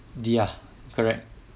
ya correct